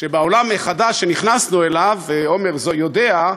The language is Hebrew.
בעולם החדש שנכנסנו אליו, ועמר יודע,